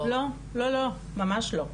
ממש לא.